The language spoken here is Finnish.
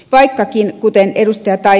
vaikkakin kuten ed